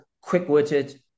quick-witted